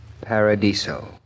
Paradiso